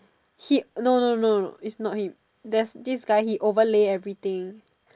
he no no no it's not him there's this guy he overlay everything